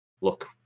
look